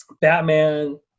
Batman